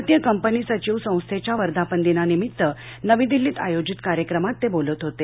भारतीय कंपनी सचिव संस्थेच्या वर्धापन दिनानिमित्त नवी दिल्लीत आयोजित कार्यक्रमात ते बोलत होते